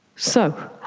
so,